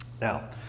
Now